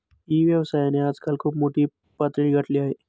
E व्यवसायाने आजकाल खूप मोठी पातळी गाठली आहे